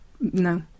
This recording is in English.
No